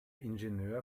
ingenieur